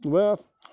وۅنۍ اَتھ